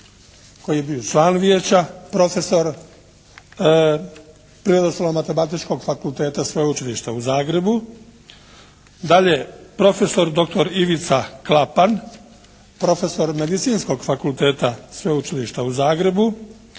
koji je bio član vijeća, profesor Prirodoslovno-matematičkog fakulteta Sveučilišta u Zagrebu. Dalje, profesor doktor Ivica Klapan profesor Medicinskog fakulteta Sveučilišta u Zagrebu,